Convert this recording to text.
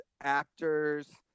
actors